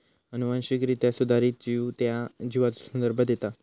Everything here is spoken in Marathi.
अनुवांशिकरित्या सुधारित जीव त्या जीवाचो संदर्भ देता